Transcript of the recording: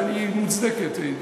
שהיא מוצדקת,